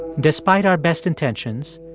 despite our best intentions,